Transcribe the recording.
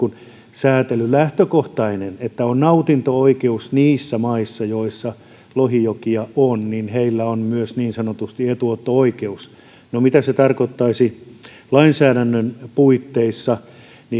säätelyn lähtökohtana että on nautinto oikeus niissä maissa joissa lohijokia on ja heillä on myös niin sanotusti etuotto oikeus no mitä se tarkoittaisi lainsäädännön puitteissa